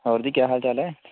ਹੋਰ ਜੀ ਕਿਆ ਹਾਲ ਚਾਲ ਹੈ